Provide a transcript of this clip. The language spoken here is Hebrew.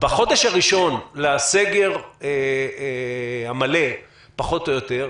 בחודש הראשון לסגר המלא פחות או יותר,